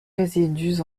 résidus